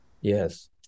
Yes